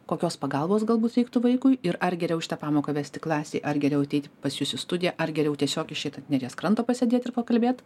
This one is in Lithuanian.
kokios pagalbos galbūt reiktų vaikui ir ar geriau šitą pamoką vesti klasei ar geriau ateiti pas jus į studiją ar geriau tiesiog išeit ant neries kranto pasėdėt ir pakalbėt